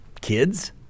kids